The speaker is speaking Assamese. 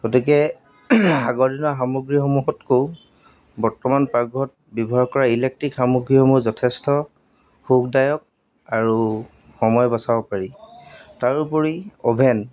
গতিকে আগৰ দিনৰ সামগ্ৰীসমূহতকৈ বৰ্তমান পাকঘৰত ব্যৱহাৰ কৰা ইলেক্ট্ৰিক সামগ্ৰীসমূহ যথেষ্ট সুখদায়ক আৰু সময় বচাব পাৰি তাৰোপৰি অ'ভেন